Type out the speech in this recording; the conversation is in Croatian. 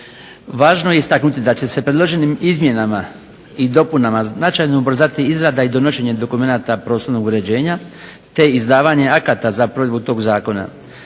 Važno je istaknuti da će se predloženim izmjenama i dopunama značajno ubrzati izrada i donošenje dokumenata prostornog uređenja te izdavanje akata za provedbu tog zakona.